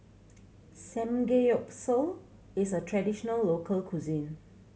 samgeyopsal is a traditional local cuisine